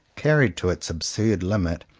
carried to its absurd limit,